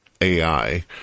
AI